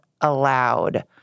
allowed